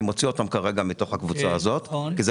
ואני מוציא אותם כרגע מתוך הקבוצה הזו כי זה